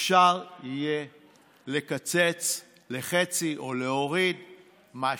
אפשר יהיה לקצץ לחצי או להוריד משהו.